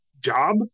job